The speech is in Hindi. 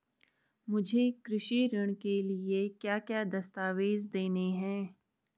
मुझे कृषि ऋण के लिए क्या क्या दस्तावेज़ देने हैं?